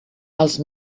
els